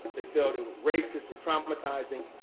they felt it was racist or traumatizing.